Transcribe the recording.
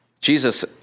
Jesus